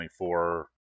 24